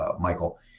Michael